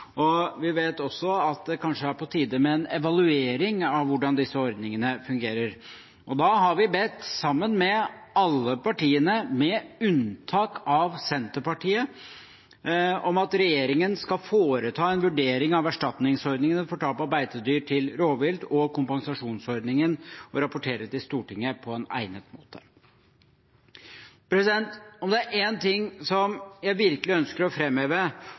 Vi vet også at det kanskje er på tide med en evaluering av hvordan disse ordningene fungerer. Vi har, sammen med alle de andre partiene – med unntak av Senterpartiet – bedt om at regjeringen skal «foreta en vurdering av erstatningsordningene for tap av beitedyr til rovvilt og kompensasjonsordningen og rapportere til Stortinget på egnet måte». Om det er én ting jeg virkelig ønsker å